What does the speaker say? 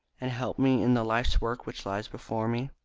and help me in the life's work which lies before me?